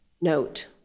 note